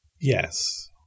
Yes